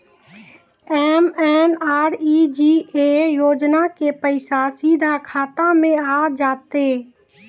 MNREGA योजना के पैसा सीधा खाता मे आ जाते?